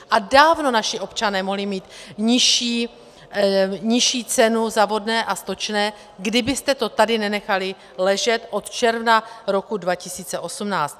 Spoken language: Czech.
A dávno naši občané mohli mít nižší cenu za vodné a stočné, kdybyste to tady nenechali ležet od června roku 2018.